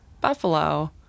buffalo